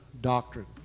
doctrine